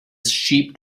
sheep